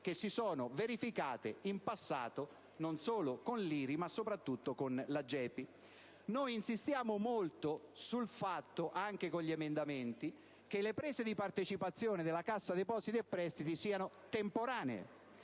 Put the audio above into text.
che si sono verificate in passato, non solo con l'IRI, ma soprattutto con la GEPI. Noi insistiamo molto, anche con gli emendamenti, sul fatto che le prese di partecipazione della Cassa depositi e prestiti siano temporanee